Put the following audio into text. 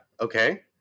Okay